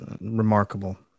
remarkable